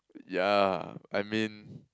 ya I mean